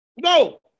No